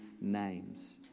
names